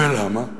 ולמה?